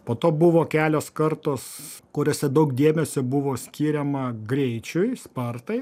po to buvo kelios kartos kuriose daug dėmesio buvo skiriama greičiui spartai